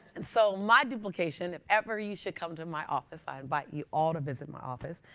and so my duplication, if ever you should come to my office i invite you all to visit my office.